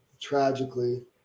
tragically